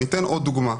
אני אתן עוד דוגמה,